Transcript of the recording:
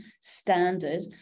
standard